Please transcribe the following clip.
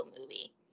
movie